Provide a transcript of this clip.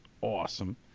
awesome